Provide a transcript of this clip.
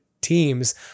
teams